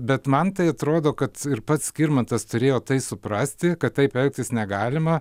bet man tai atrodo kad ir pats skirmantas turėjo tai suprasti kad taip elgtis negalima